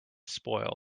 spoil